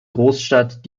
großstadt